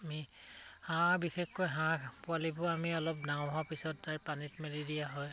আমি হাঁহ বিশেষকৈ হাঁহ পোৱালিবোৰ আমি অলপ ডাঙৰ হোৱাৰ পিছত তাৰ পানীত মেলি দিয়া হয়